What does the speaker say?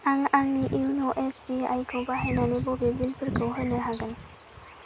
आं आंनि इउन' एस बि आइ खौ बाहायनानै बबे बिलफोरखौ होनो हागोन